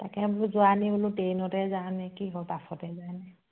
তাকে বোলো যোৱা নি বোলো ট্ৰেইনতে যাৱ নে কি হ'ল বাছতে যাই নে